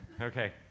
Okay